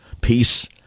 peace